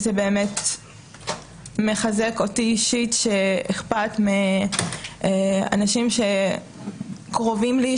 זה באמת מחזק אותי אישית שאכפת מאנשים שקרובים לי,